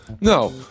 No